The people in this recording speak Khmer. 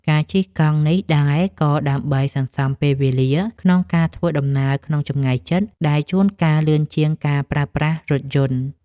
ការជិះកង់នេះដែរ ក៏ដើម្បីសន្សំពេលវេលាក្នុងការធ្វើដំណើរក្នុងចម្ងាយជិត ដែលជួនកាលលឿនជាងការប្រើប្រាស់រថយន្ត។